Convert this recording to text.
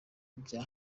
bya